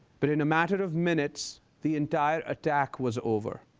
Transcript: but in a matter of minutes the entire attack was over.